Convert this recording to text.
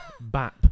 Bap